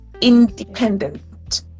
independent